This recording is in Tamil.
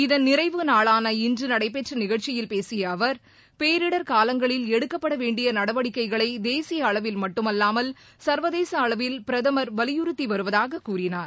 இதன் நிறைவு நாளான இன்று நடைபெற்ற நிஷழ்ச்சியில் பேசிய அவர் பேரிடர் காலங்களில் எடுக்கப்படவேண்டிய நடவடிக்கைகளை தேசிய அளவில் மட்டுமல்லாமல் சர்வதேச அளவில் பிரதமர் வலியுறுத்தி வருவதாக கூறினார்